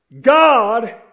God